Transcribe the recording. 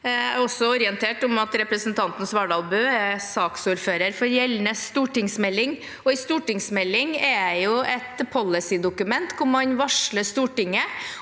Jeg er orientert om at representanten Svardal Bøe er saksordfører for gjeldende stortingsmelding. En stortingsmelding er et policydokument hvor man varsler Stortinget